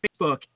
Facebook